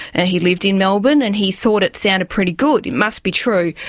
he lived in melbourne, and he thought it sounded pretty good, it must be true.